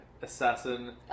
Assassin